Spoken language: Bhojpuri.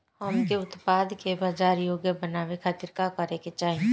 हमके उत्पाद के बाजार योग्य बनावे खातिर का करे के चाहीं?